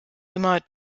immer